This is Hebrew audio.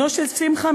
בנו של שמחה,